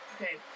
Okay